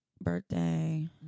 Birthday